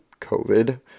COVID